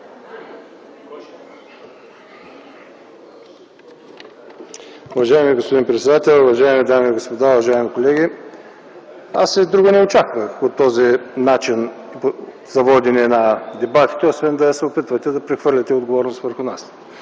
Уважаеми господин председател, уважаеми дами и господа, уважаеми колеги! Аз друго и не очаквах от този начин за водене на дебатите, освен да се опитвате да прехвърляте отговорност върху нас,